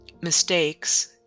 Mistakes